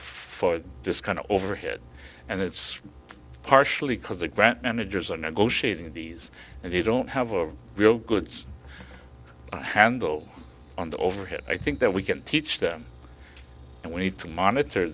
for this kind of overhead and it's partially because the grant managers are negotiating these and you don't have a real good handle on the overhead i think that we can teach them and we need to monitor